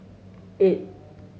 eight